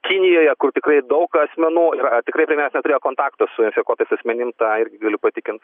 kinijoje kur tikrai daug asmenų yra tikrai ir mes neturėjom kontakto su infekuotais asmenim tą irgi galiu patikint